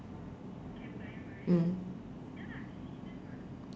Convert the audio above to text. mm